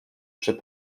przy